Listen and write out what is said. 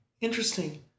Interesting